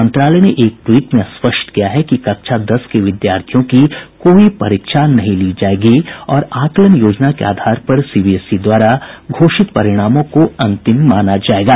मंत्रालय ने एक ट्वीट में स्पष्ट किया है कि कक्षा दस के विद्यार्थियों की कोई परीक्षा नहीं ली जायेगी और आकलन योजना के आधार पर सीबीएसई द्वारा घोषित परिणामों को अंतिम माना जायेगा